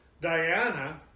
Diana